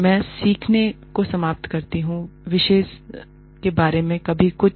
मैं सीखने को समाप्त करता हूं विषय के बारे में काफी कुछ